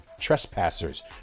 trespassers